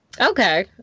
Okay